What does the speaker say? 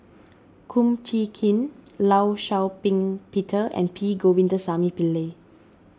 Kum Chee Kin Law Shau Ping Peter and P Govindasamy Pillai